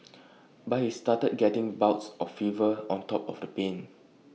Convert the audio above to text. but he started getting bouts of fever on top of the pain